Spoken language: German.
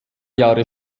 jahre